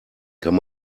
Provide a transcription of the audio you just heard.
kann